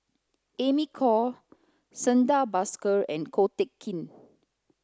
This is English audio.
Amy Khor Santha Bhaskar and Ko Teck Kin